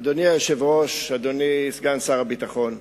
אדוני היושב-ראש, אדוני סגן שר הביטחון,